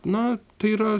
na tai yra